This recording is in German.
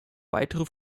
weitere